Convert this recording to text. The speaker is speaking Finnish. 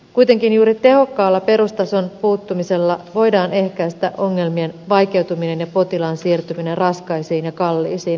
kuitenkin juuri tehokkaalla perustason puuttumisella voidaan ehkäistä ongelmien vaikeutuminen ja potilaan siirtyminen raskaisiin ja kalliisiin erikoissairaanhoidon palveluihin